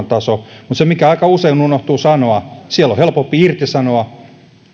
taso mutta se mikä aika usein unohtuu sanoa siellä on helpompi irtisanoa